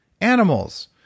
animals